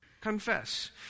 Confess